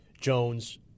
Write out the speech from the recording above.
Jones